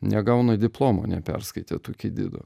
negauna diplomo neperskaitę tukidido